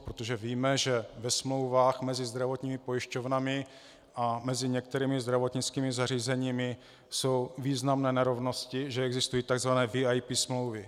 Protože víme, že ve smlouvách mezi zdravotními pojišťovnami a některými zdravotnickými zařízeními jsou významné nerovnosti, že existují tzv. VIP smlouvy.